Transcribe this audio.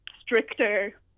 stricter